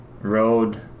road